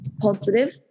positive